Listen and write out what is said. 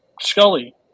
Scully